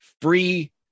free